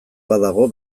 badago